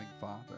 father